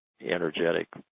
energetic